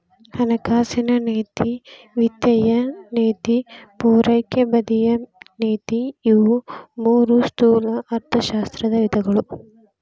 ಹಣಕಾಸಿನ ನೇತಿ ವಿತ್ತೇಯ ನೇತಿ ಪೂರೈಕೆ ಬದಿಯ ನೇತಿ ಇವು ಮೂರೂ ಸ್ಥೂಲ ಅರ್ಥಶಾಸ್ತ್ರದ ವಿಧಗಳು